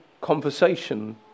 conversation